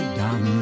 down